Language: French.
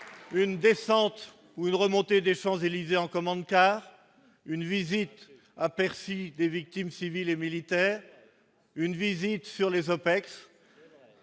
une descente ou une remontée des Champs-Élysées en commande, car une visite à Percy des victimes civiles et militaires, une visite sur les OPEX,